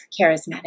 charismatic